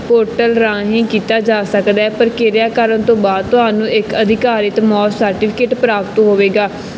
portal ਰਾਹੀਂ ਕੀਤਾ ਜਾ ਸਕਦਾ ਹੈ ਪ੍ਰਕਿਰਿਆ ਕਰਨ ਤੋਂ ਬਾਅਦ ਤੁਹਾਨੂੰ ਇੱਕ ਅਧਿਕਾਰਤ ਮੌਤ ਸਰਟੀਫਿਕੇਟ ਪ੍ਰਾਪਤ ਹੋਵੇਗਾ